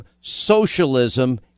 socialism